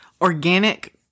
organic